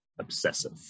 obsessive